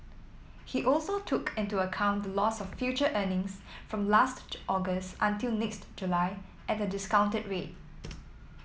he also took into account the loss of future earnings from last August until next July at a discounted rate